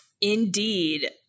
Indeed